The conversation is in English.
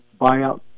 buyout